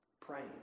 praying